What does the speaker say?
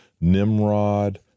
Nimrod